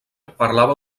parlava